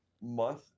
month